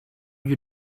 you